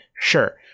Sure